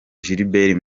gilbert